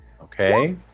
Okay